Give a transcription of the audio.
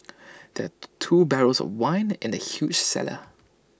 there two barrels of wine in the huge cellar